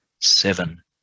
seven